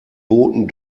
boten